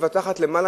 מבטחת למעלה